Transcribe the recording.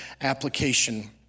application